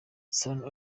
sano